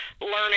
learning